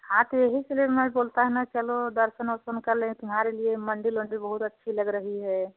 हाँ तो यही इस लिए मैं बोलती हूँ ना कि चलो दर्शन उर्शन कर लें तुम्हारे लिए मंदिर उंदीर बहुत अच्छी लग रही है